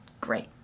great